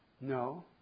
No